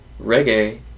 reggae